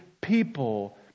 people